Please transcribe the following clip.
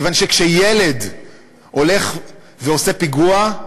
כיוון שכשילד הולך ועושה פיגוע,